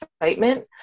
excitement